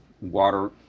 water